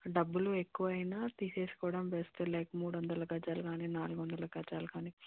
డబ్బులు ఎక్కువ అయిన తీసుకోవడం బెస్ట్ లైక్ మూడు వందల గజాలు కానీ నాలుగు వందల గజాలు కానీ